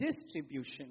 distribution